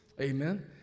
Amen